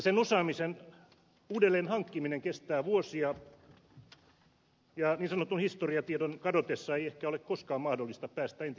sen osaamisen uudelleen hankkiminen kestää vuosia ja niin sanotun historiatiedon kadotessa ei ehkä ole koskaan mahdollista päästä entiselle tasolle